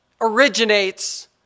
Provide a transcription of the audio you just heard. originates